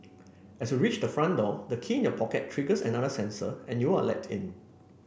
as you reach the front door the key in your pocket triggers another sensor and you are let in